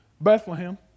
Bethlehem